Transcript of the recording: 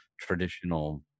traditional